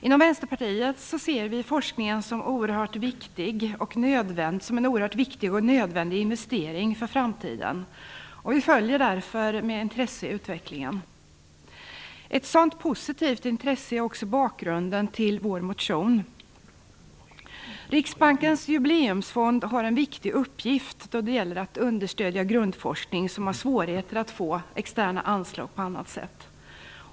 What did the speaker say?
Inom Vänsterpartiet ser vi forskningen som en oerhört viktig och nödvändig investering för framtiden. Vi följer därför med intresse utvecklingen. Ett sådant positivt intresse ligger också till grund för vår motion. Riksbankens Jubileumsfond har en viktig uppgift då det gäller att understödja grundforskning som har svårigheter att få externa anslag på annat sätt.